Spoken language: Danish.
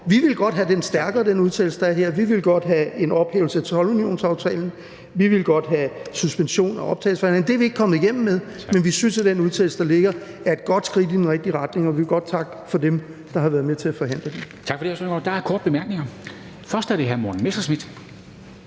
vi ville godt have en ophævelse af toldunionsaftalen, vi ville godt have en suspension af optagelsesforhandlingerne. Det er vi ikke kommet igennem med, men vi synes, at den udtalelse, der ligger, er et godt skridt i den rigtige retning, og vi vil godt takke dem, der har været med til at forhandle den.